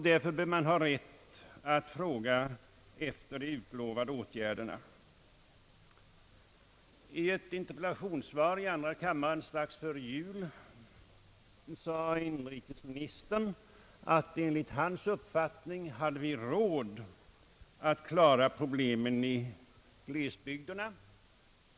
Därför bör man ha rätt att fråga efter de utlovade åtgärderna. I ett interpellationssvar i andra kammaren strax före jul sade inrikesministern att enligt hans uppfattning har vi råd att klara problemen i glesbygderna.